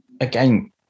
again